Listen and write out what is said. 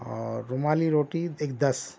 اور رومالی روٹی ایک دس